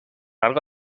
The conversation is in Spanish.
algo